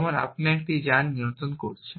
যেমন আপনি একটি যান নিয়ন্ত্রণ করছেন